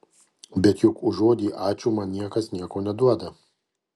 bet juk už žodį ačiū man niekas nieko neduoda